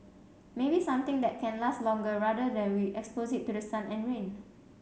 maybe something that can last longer rather than we expose it to the sun and rain